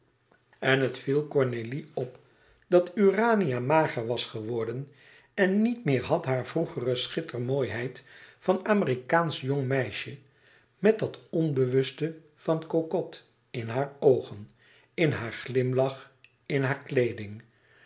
en het viel cornélie op dat urania mager was geworden en niet meer had haar vroegere schittermooiheid van amerikaansch jong meisje met dat onbewuste van cocotte in haar oogen in haar glimlach e ids aargang haar kleeding